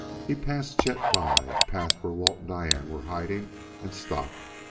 he passed chet by, passed where walt and diane were hiding and stopped!